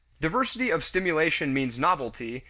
diversity of stimulation means novelty,